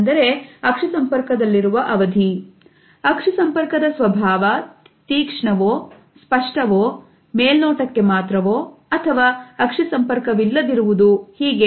ಅಂದರೆ ಅಕ್ಷಿ ಸಂಪರ್ಕದಲ್ಲಿರುವ ಅವಧಿ ಅಕ್ಷಿ ಸಂಪರ್ಕದ ಸ್ವಭಾವ ತೀಕ್ಷ್ಣವೋ ಸ್ಪಷ್ಟವೋ ಮೇಲ್ನೋಟಕ್ಕೆ ಮಾತ್ರವೋ ಅಥವಾ ಅಕ್ಷಿ ಸಂಪರ್ಕವಿಲ್ಲದಿರುವುದು ಹೀಗೆ